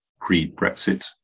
pre-Brexit